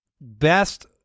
best